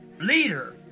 leader